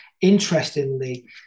Interestingly